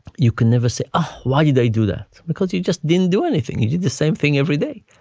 you can never say ah why did they do that? because you just didn't do anything, you did the same thing every day.